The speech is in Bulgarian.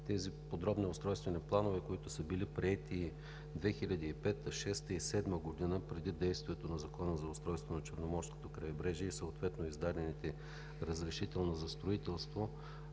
тези подробни устройствени планове, които са били приети 2005 г., 2006 г. и 2007 г., преди действието на Закона за устройството на Черноморското крайбрежие и съответно издадените разрешителни за строителство.